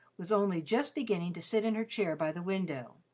was only just beginning to sit in her chair by the window.